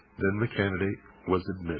then the candidate was